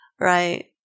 Right